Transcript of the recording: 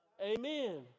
Amen